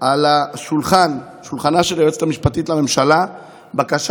על שולחנה של היועצת המשפטית לממשלה בקשה